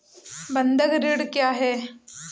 बंधक ऋण क्या है?